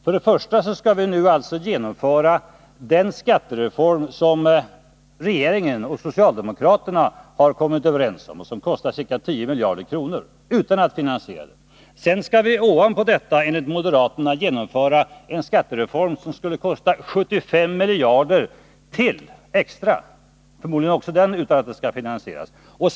Enligt moderaterna skall vi nu genomföra den skattereform som regeringen och socialdemokraterna har kommit överens om och som kostar ca 10 miljarder kronor — utan att finansiera den. Ovanpå detta skall vi, enligt moderaterna, genomföra en skattereform som skulle kosta 75 miljarder ytterligare. Förmodligen skall inte heller den finansieras på något sätt.